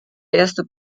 erste